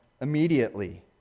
immediately